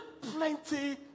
plenty